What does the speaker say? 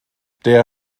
der